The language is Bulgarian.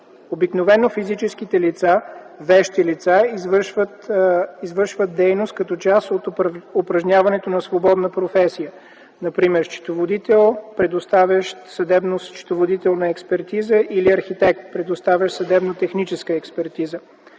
Обикновено физическите лица – вещи лица, извършват дейност като част от упражняването на свободна професия. Например счетоводител, предоставящ съдебно-счетоводителна експертиза, или архитект, предоставящ съдебна техническа експертиза.